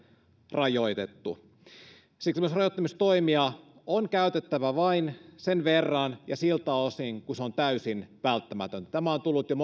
rajoitettu siksi myös rajoittamistoimia on käytettävä vain sen verran ja siltä osin kuin se on täysin välttämätöntä tämä on tullut jo